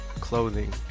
clothing